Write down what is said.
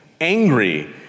angry